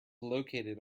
located